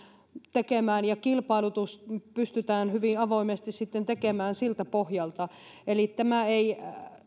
tekemään ja kilpailutus pystytään hyvin avoimesti sitten tekemään siltä pohjalta eli tämä ei